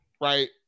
right